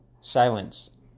silence